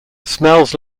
smells